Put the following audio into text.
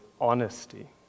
honesty